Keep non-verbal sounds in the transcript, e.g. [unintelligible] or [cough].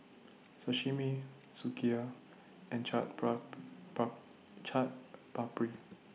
Sashimi Sukiya and [unintelligible] Chaat Papri